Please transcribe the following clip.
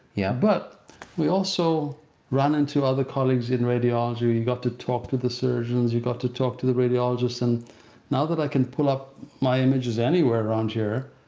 yeah. but we also run into other colleagues in radiology where and you've got to talk to the surgeons, you've got to talk to the radiologists, and now that i can pull up my images anywhere around here,